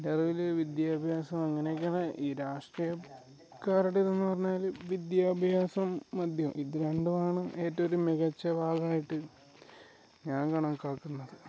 എന്റെ അറിവിലൽ വിദ്യാഭ്യാസം അങ്ങനെ ഒക്കെയാണ് ഈ രാഷ്ട്രീയക്കാരുടെതന്ന് പറഞ്ഞാൽ വിദ്യാഭ്യാസം മദ്ധ്യം ഇത് രണ്ടും ആണ് ഏറ്റവും ഒരു മികച്ച ഭാഗമായിട്ട് ഞാൻ കണക്കാക്കുന്നത്